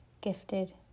gifted